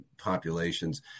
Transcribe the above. populations